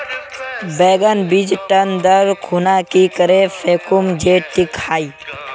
बैगन बीज टन दर खुना की करे फेकुम जे टिक हाई?